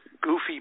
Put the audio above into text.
goofy